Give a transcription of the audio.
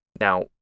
Now